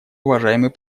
уважаемый